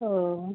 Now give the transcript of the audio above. ഓ